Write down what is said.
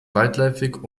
weitläufig